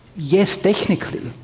yes technically,